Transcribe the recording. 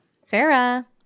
Sarah